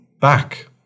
Back